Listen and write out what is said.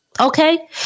Okay